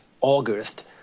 August